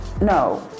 No